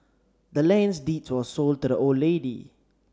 the land's deed was sold to the old lady